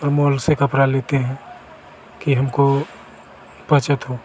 और मोल से कपड़ा लेते हैं कि हमको बचत हो